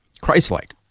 Christ-like